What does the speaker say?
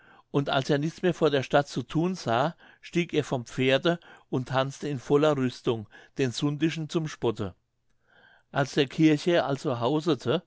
und als er nichts mehr vor der stadt zu thun sah stieg er vom pferde und tanzte in voller rüstung den sundischen zum spotte als der